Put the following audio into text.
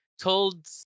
told